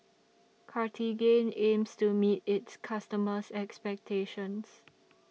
Cartigain aims to meet its customers' expectations